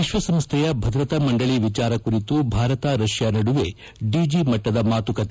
ವಿಶ್ವಸಂಸ್ಡೆಯ ಭದ್ರತಾ ಮಂಡಳಿ ವಿಚಾರ ಕುರಿತು ಭಾರತ ರಷ್ನಾ ನಡುವೆ ಡಿಜಿ ಮಟ್ಟದ ಮಾತುಕತೆ